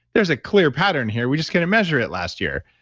there's a clear pattern here. we just couldn't measure it last year,